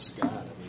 God